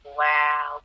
wow